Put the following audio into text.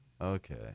Okay